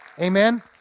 amen